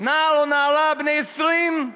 נער או נערה בני 20,